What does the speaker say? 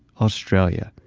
australia.